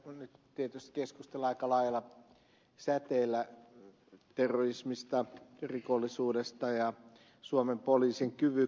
täällä nyt tietysti keskustellaan aika laajalla säteellä terrorismista rikollisuudesta ja suomen poliisin kyvykkyydestä